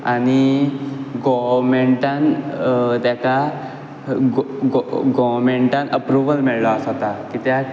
आनी गोव्हर्मेंटान तेका गोव्हर्मेंटान अप्रूव्हल मेळ्ळो आसोता कित्याक